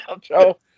Joe